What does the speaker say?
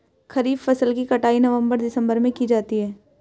खरीफ फसल की कटाई नवंबर दिसंबर में की जाती है